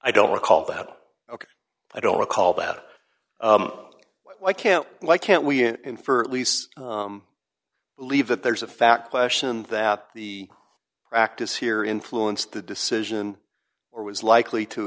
i don't recall that i don't recall that i can't why can't we in for at least leave that there's a fact question that the practice here influenced the decision or was likely to